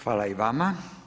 Hvala i vama.